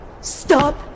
Stop